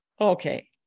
Okay